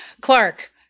Clark